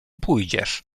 pójdziesz